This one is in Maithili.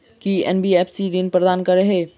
की एन.बी.एफ.सी ऋण प्रदान करे है?